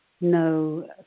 no